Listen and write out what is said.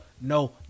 No